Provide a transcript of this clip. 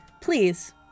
please